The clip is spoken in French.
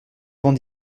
avant